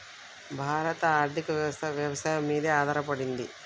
భారత ఆర్థికవ్యవస్ఠ వ్యవసాయం మీదే ఆధారపడింది